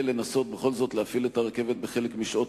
ולנסות בכל זאת להפעיל את הרכבת בחלק משעות